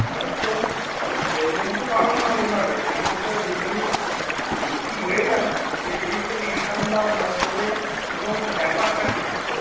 আমাদের তো ও বদলে দিতে পারবো না ওইভাবে আমাদের তো যে জিনিস বিক্রি হয়ে যায় সে জিনিস তো রিটার্ন বা বদলের কোনো ব্যাপার থাকে না তো